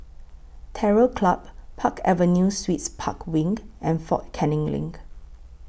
Terror Club Park Avenue Suites Park Wing and Fort Canning LINK